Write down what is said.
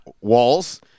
Walls